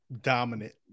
Dominant